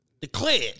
Declared